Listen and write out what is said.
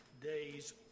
days